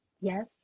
yes